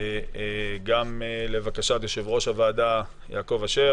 גם לבקשת יושב-ראש הוועדה יעקב אשר